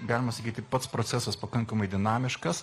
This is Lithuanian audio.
galima sakyti pats procesas pakankamai dinamiškas